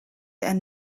and